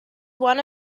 one